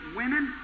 women